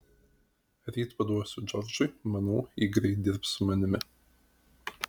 ryt paduosiu džordžui manau ji greit dirbs su manimi